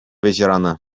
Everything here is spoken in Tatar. ветераны